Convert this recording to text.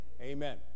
Amen